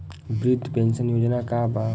वृद्ध पेंशन योजना का बा?